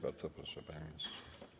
Bardzo proszę, panie ministrze.